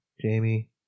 Jamie